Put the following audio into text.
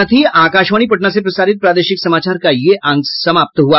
इसके साथ ही आकाशवाणी पटना से प्रसारित प्रादेशिक समाचार का ये अंक समाप्त हुआ